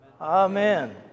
Amen